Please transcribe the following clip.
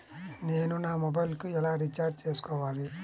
నేను నా మొబైల్కు ఎలా రీఛార్జ్ చేసుకోవాలి?